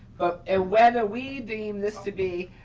but ah whether we deem this to be